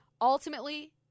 ultimately